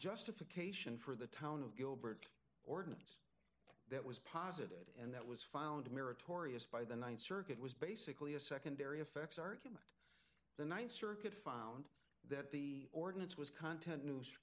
justification for the town of gilbert ordinance that was posited and that was found meritorious by the ninth circuit was basically a secondary effects argument the ninth circuit found that the ordinance was content n